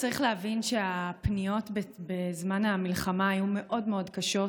צריך להבין שהפניות בזמן המלחמה היו מאוד מאוד קשות,